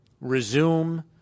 resume